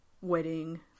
wedding